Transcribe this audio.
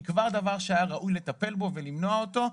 כבר דבר שהיה ראוי לטפל בו ולמנוע אותו.